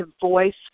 voice